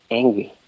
angry